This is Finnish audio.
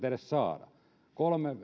edes saada kolmena